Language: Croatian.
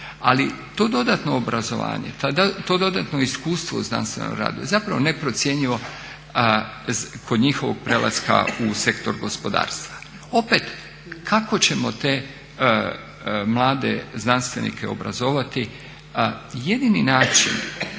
ali to dodatno obrazovanje, to dodatno iskustvo u znanstvenom radu je zapravo neprocjenjivo kod njihovog prelaska u sektor gospodarstva. Opet kako ćemo te mlade znanstvenike obrazovati, jedini način